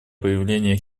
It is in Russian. появления